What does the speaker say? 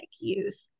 youth